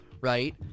right